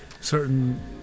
certain